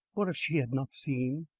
what if she had not seen!